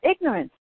ignorance